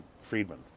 friedman